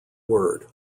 word